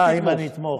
אה, האם אני אתמוך.